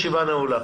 הישיבה נעולה.